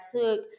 took